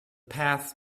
path